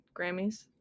Grammys